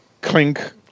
Clink